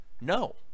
No